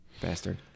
Bastard